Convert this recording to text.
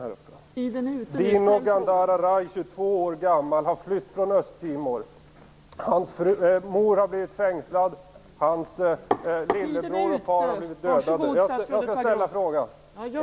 Han är 22 år gammal och har flytt från Östtimor. Hans mor har blivit fängslad, hans lillebror och hans far har blivit dödade.